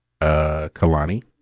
Kalani